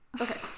okay